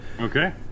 okay